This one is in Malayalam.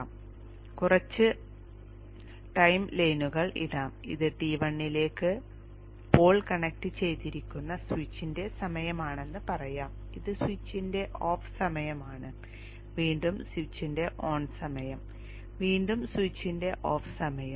നമ്മൾ കുറച്ച് ടൈം ലൈനുകൾ ഇടാം ഇത് T1 ലേക്ക് പോൾ കണക്റ്റുചെയ്തിരിക്കുന്ന സ്വിച്ചിന്റെ സമയമാണെന്ന് പറയാം ഇത് സ്വിച്ചിന്റെ ഓഫ് സമയമാണ് വീണ്ടും സ്വിച്ചിന്റെ ഓൺ സമയം വീണ്ടും സ്വിച്ചിന്റെ ഓഫ് സമയം